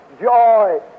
joy